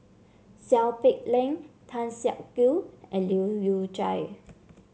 Seow Peck Leng Tan Siak Kew and Leu Yew Chye